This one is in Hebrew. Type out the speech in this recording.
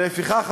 ולפיכך,